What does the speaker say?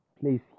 place